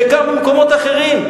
וגם במקומות אחרים.